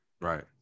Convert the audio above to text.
right